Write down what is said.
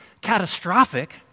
catastrophic